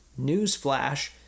newsflash